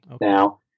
now